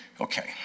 Okay